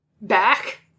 Back